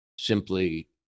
simply